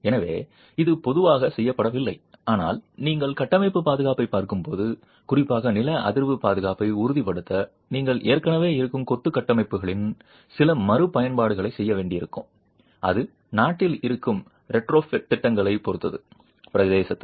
எனவே இது பொதுவாக செய்யப்படவில்லை ஆனால் நீங்கள் கட்டமைப்பு பாதுகாப்பைப் பார்க்கும்போது குறிப்பாக நில அதிர்வு பாதுகாப்பை உறுதிப்படுத்த நீங்கள் ஏற்கனவே இருக்கும் கொத்து கட்டமைப்புகளின் சில மறுபயன்பாடுகளைச் செய்ய வேண்டியிருக்கும் அது நாட்டில் இருக்கும் ரெட்ரோஃபிட் திட்டங்களைப் பொறுத்தது பிரதேசத்தில்